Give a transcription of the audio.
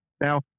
Now